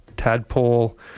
Tadpole